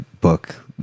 book